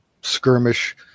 skirmish